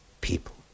people